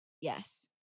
Yes